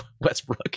Westbrook